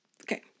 Okay